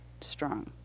strong